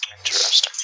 Interesting